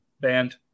band